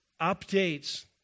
updates